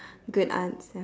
good answer